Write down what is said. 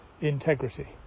integrity